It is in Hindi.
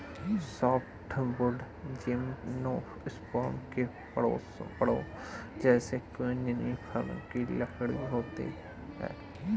सॉफ्टवुड जिम्नोस्पर्म के पेड़ों जैसे कॉनिफ़र की लकड़ी है